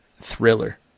thriller